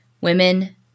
women